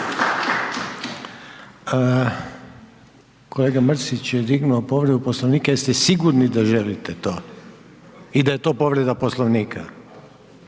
Kolega Mrisć je dignuo povredu Poslovnika. Jeste sigurni da želite to i da je to povreda Poslovnika?